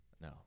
No